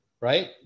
right